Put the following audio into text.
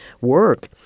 work